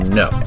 no